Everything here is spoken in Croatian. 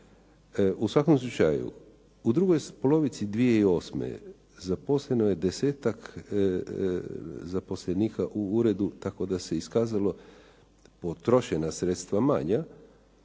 U svakom slučaju, u drugoj polovici 2008. zaposleno je desetak zaposlenika u uredu tako da se iskazalo potrošena sredstva manja,